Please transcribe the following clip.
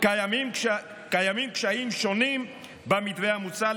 קיימים קשיים שונים במתווה המוצע.